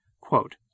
Quote